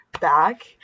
back